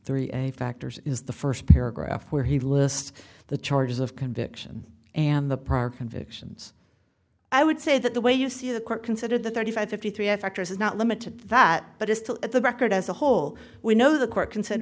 three a factors is the first paragraph where he lists the charges of conviction and the prior convictions i would say that the way you see the court considered the thirty five fifty three i factors is not limited to that but as to the record as a whole we know the court c